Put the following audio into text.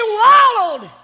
wallowed